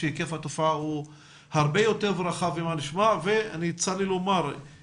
שהיקף התופעה הוא הרבה יותר רחב ממה שנשמע וצר לי לומר,